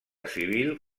civil